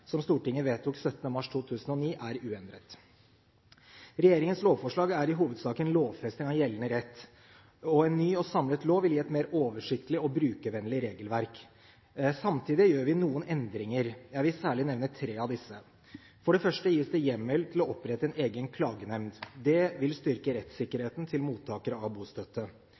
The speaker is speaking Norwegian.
som Stortinget vedtok den 17. mars 2009, er uendret. Regjeringens lovforslag er i hovedsak en lovfesting av gjeldende rett. En ny og samlet lov vil gi et mer oversiktlig og brukervennlig regelverk. Samtidig gjør vi noen endringer. Jeg vil særlig nevne tre av disse: For det første gis det hjemmel til å opprette en egen klagenemnd. Det vil styrke rettssikkerheten til mottakere av bostøtte.